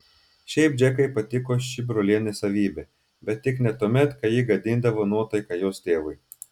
šiaip džekai patiko ši brolienės savybė bet tik ne tuomet kai ji gadindavo nuotaiką jos tėvui